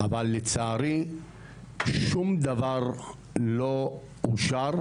אבל לצערי שום דבר לא אושר,